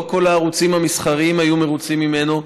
לא כל הערוצים המסחריים היו מרוצים ממנו,